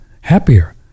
happier